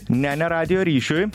ne ne radijo ryšiui